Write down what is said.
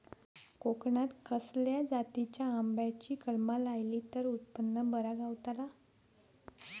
कोकणात खसल्या जातीच्या आंब्याची कलमा लायली तर उत्पन बरा गावताला?